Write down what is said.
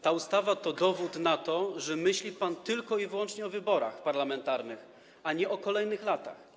Ta ustawa to dowód na to, że myśli pan tylko i wyłącznie o wyborach parlamentarnych, a nie o kolejnych latach.